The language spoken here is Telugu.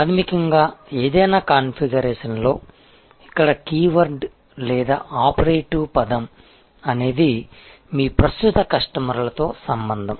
ప్రాథమికంగా ఏదైనా కాన్ఫిగరేషన్లో ఇక్కడ కీవర్డ్ లేదా ఆపరేటివ్ పదం అనేది మీ ప్రస్తుత కస్టమర్లతో సంబంధం